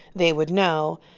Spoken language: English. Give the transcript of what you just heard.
they would know.